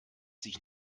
sich